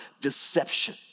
deception